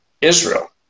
Israel